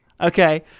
Okay